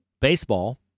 baseball